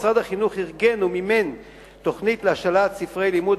משרד החינוך ארגן ומימן תוכנית להשאלת ספרי לימוד